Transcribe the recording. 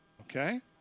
Okay